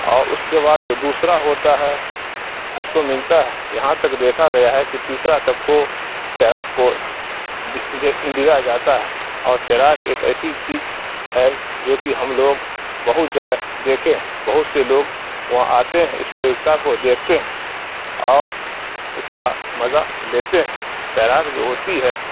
اور اس کے بعد جو دوسرا ہوتا ہے اس کو ملتا ہے یہاں تک دیکھا گیا ہے کہ تیسرا تک کو تیراک کو دیا جاتا ہے اور تیراک ایک ایسی چیز ہے جو کہ ہم لوگ بہت جگہ دیکھے ہیں بہت سے لوگ وہاں آتے ہیں اس پریوگتا کو دیکھتے ہیں اور اس کا مزہ لیتے ہیں تیراک جو ہوتی ہے